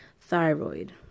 thyroid